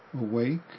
awake